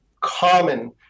common